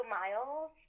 miles